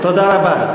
תודה רבה.